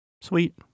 sweet